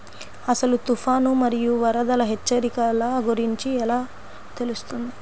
అసలు తుఫాను మరియు వరదల హెచ్చరికల గురించి ఎలా తెలుస్తుంది?